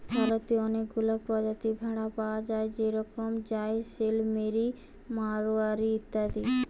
ভারতে অনেকগুলা প্রজাতির ভেড়া পায়া যায় যেরম জাইসেলমেরি, মাড়োয়ারি ইত্যাদি